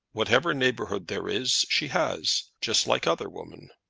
whatever neighbourhood there is she has just like other women.